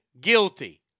guilty